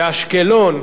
באשקלון,